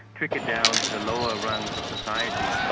trickled down to the lower rungs of society.